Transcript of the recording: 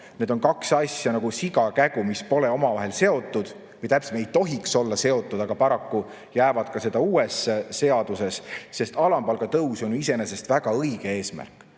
Need kaks asja on nagu siga ja kägu, mis pole omavahel seotud või täpsemalt ei tohiks olla seotud, aga paraku jäävad seda ka uues seaduses. Alampalga tõus on ju iseenesest väga õige eesmärk,